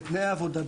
בתנאי עבודה,